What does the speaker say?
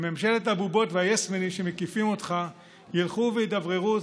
בממשלת הבובות והיס-מנים שמקיפים אותך ילכו וידבררו אותך,